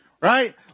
right